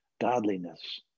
godliness